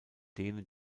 denen